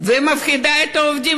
ומפחידה את העובדים.